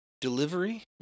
delivery